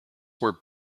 were